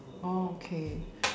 okay